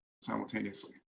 simultaneously